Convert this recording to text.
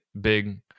big